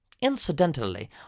Incidentally